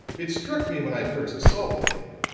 it struck me when i first saw the thing,